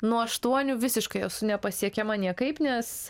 nuo aštuonių visiškai esu nepasiekiama niekaip nes